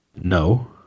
No